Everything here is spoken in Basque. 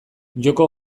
joko